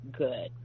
good